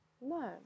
No